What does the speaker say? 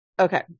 Okay